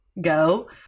go